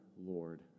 Lord